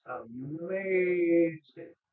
amazing